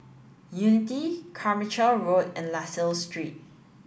Unity Carmichael Road and La Salle Street